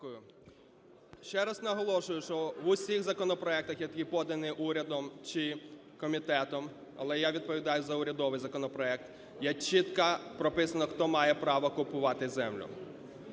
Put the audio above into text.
Дякую. Ще раз наголошую, що в усіх законопроектах, які подані урядом чи комітетом, але я відповідаю за урядовий законопроект, є чітко прописано, хто має право купувати землю.